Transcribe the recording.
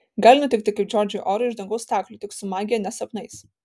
gali nutikti kaip džordžui orui iš dangaus staklių tik su magija ne sapnais